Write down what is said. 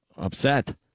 upset